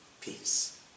peace